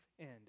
end